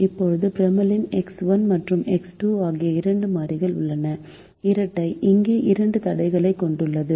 இப்போது ப்ரிமலில் எக்ஸ் 1 மற்றும் எக்ஸ் 2 ஆகிய இரண்டு மாறிகள் உள்ளன இரட்டை இங்கே இரண்டு தடைகளைக் கொண்டுள்ளது